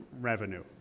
revenue